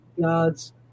God's